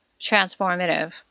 transformative